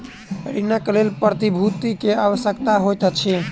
ऋणक लेल प्रतिभूति के आवश्यकता होइत अछि